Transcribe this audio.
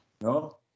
No